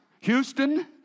Houston